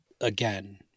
again